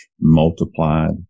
multiplied